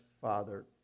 Father